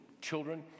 children